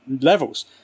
levels